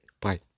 Bye